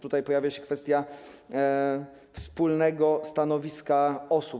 Tutaj pojawia się kwestia wspólnego stanowiska osób.